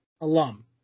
alum